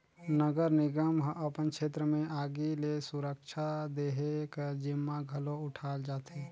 नगर निगम ह अपन छेत्र में आगी ले सुरक्छा देहे कर जिम्मा घलो उठाल जाथे